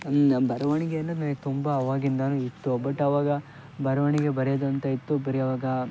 ಅಂ ಬರವಣಿಗೆಯನ್ನು ನನಿಗೆ ತುಂಬ ಆವಾಗಿಂದಾ ಇತ್ತು ಬಟ್ ಆವಾಗ ಬರವಣಿಗೆ ಬರೆಯೋದಂತ ಇತ್ತು ಬರೀ ಆವಾಗ